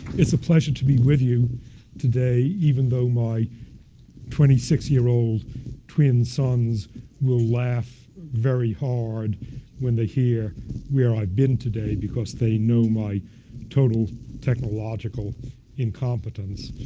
it's a pleasure to be with you today, even though my twenty six year old twin sons will laugh very hard when they hear where i've been today, because they know my total technological incompetence.